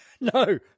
no